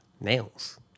Nails